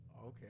okay